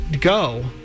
go